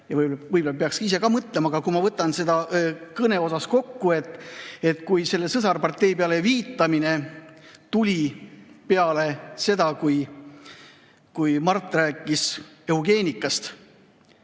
võib-olla peaks ise ka mõtlema. Aga kui ma võtan selle kõneosa kokku, siis selle sõsarpartei peale viitamine tuli peale seda, kui Mart rääkis eugeenikast.